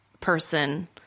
person